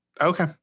okay